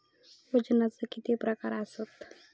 वजनाचे किती प्रकार आसत?